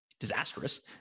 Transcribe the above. Disastrous